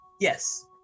yes